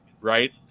right